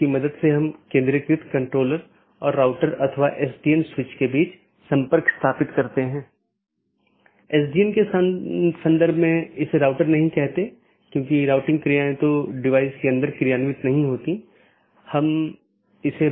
आज हमने जो चर्चा की है वह BGP रूटिंग प्रोटोकॉल की अलग अलग विशेषता यह कैसे परिभाषित किया जा सकता है कि कैसे पथ परिभाषित किया जाता है इत्यादि